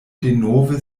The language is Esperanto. denove